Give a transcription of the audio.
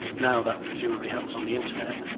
now that presumably happens on the internet.